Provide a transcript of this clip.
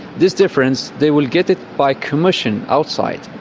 this difference, they will get it by commission outside.